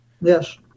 Yes